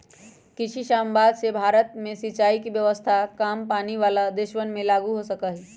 कृषि समवाद से भारत में सिंचाई के व्यवस्था काम पानी वाला देशवन में लागु हो सका हई